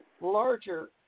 larger